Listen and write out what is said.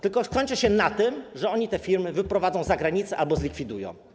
Tylko skończy się na tym, że oni te firmy wyprowadzą za granicę albo zlikwidują.